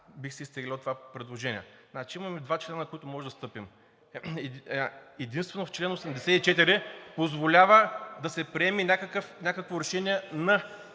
бих изтеглил това предложение. Имаме два члена, на които можем да стъпим. Единствено чл. 84 позволява да се приеме някакво решение на